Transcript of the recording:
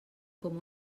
com